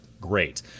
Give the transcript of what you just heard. great